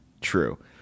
true